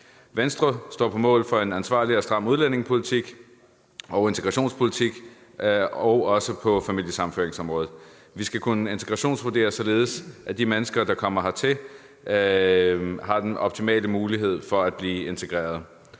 Venstre står på mål for en ansvarlig og stram udlændingepolitik og integrationspolitik, også på familiesammenføringsområdet. Vi skal kunne integrationsvurdere, så de mennesker, der kommer hertil, har den optimale mulighed for at blive integreret.